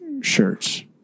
shirts